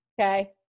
okay